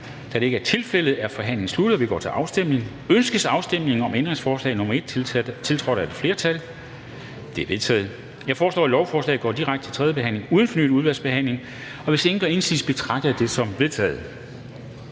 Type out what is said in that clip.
Kl. 13:08 Afstemning Formanden (Henrik Dam Kristensen): Ønskes afstemningen om ændringsforslag nr. 1-11, tiltrådt af udvalget? De er vedtaget. Jeg foreslår, at lovforslaget går direkte til tredje behandling uden fornyet udvalgsbehandling, og hvis ingen gør indsigelse, betragter jeg dette som vedtaget.